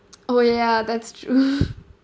oh ya that's true